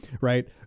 right